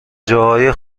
جاهای